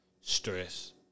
stress